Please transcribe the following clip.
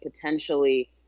potentially